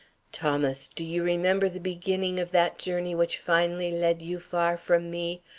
thomas, do you remember the beginning of that journey which finally led you far from me?